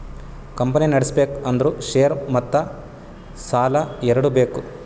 company ನಡುಸ್ಬೆಕ್ ಅಂದುರ್ share ಮತ್ತ ಸಾಲಾ ಎರಡು ಬೇಕ್